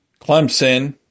Clemson